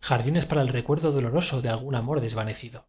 jardines para el recuerdo doloroso de algún amor desvanecido